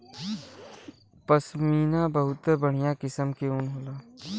पश्मीना बहुते बढ़िया किसम क ऊन होला